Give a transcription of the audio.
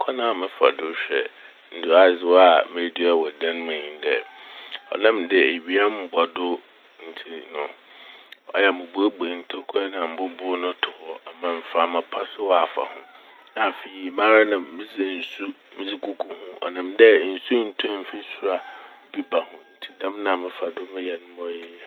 Kwan a mefa do hwɛ nduadzewa a medua no wɔ dan mu nye dɛ ɔnam dɛ ewia mmbɔ do ntsi no ɔyɛ a mobueibuei ntokura na mbobow no to hɔ ama mframa pa so ɔafa ho. Na afei mara na medze nsu gugu ho ɔnam dɛ nsu nntɔ fi sor a bi ba ho. Ntsi dɛm na mefa do meyɛ n' ma ɔyɛ yie.